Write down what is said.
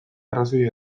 arrazoia